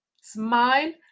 smile